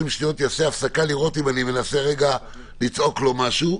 שניות הפסקה לראות אם אני מנסה לצעוק לו משהו,